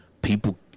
people